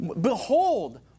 behold